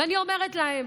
ואני אומרת להם: